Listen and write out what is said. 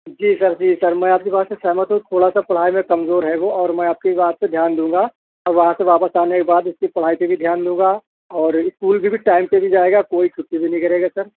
جی sir جی sir میں آپ کی بات سے سہمت ہوں تھوڑا سا پڑھائی میں کمزور ہے وہ اور میں آپ کی بات پہ دھیان دوں گا اور وہاں سے واپس آنے کے بعد اس کی پڑھائی پہ بھی دھیان دوں گا اور اسکول بھی بھی ٹائم پہ بھی جائے گا کوئی چھٹی بھی نہیں کرے گا سر